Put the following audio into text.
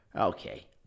Okay